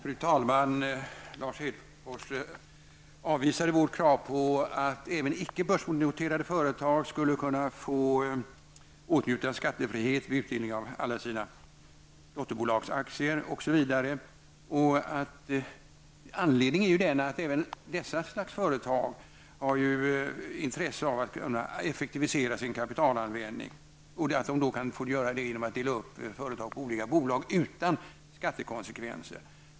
Fru talman! Lars Hedfors avvisade vårt krav på att även icke börsnoterade företag skulle få åtnjuta skattefrihet vid utdelning på alla sina dotterbolags aktier osv. Även dessa slags företag har ju intresse av att kunna effektivisera sin kapitalanvändning och att kunna få göra det genom att dela upp företaget på olika bolag utan skattekonsekvenser.